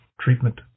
treatment